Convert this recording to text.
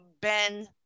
Ben